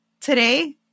today